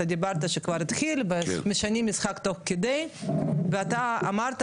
אתה אמרת שכבר התחיל ומשנים משחק תוך כדי ואתה אמרת